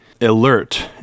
alert